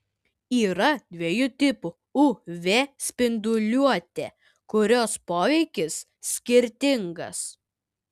yra dviejų tipų uv spinduliuotė kurios poveikis skirtingas